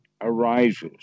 arises